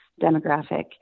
demographic